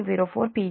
04 p